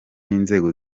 n’inzego